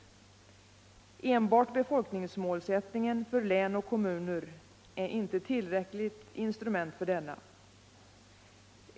Enbart befolkningsmålsättningen för län och kommuner är inte ett tillräckligt instrument för detta.